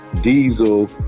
Diesel